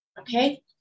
Okay